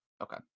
Okay